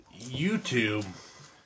YouTube